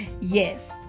Yes